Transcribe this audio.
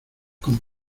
con